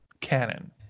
canon